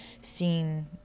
seen